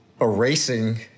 erasing